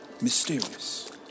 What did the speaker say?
mysterious